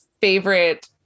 favorite